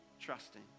trusting